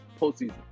postseason